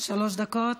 שלוש דקות.